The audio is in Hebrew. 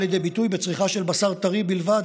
לידי ביטוי בצריכה של בשר טרי בלבד,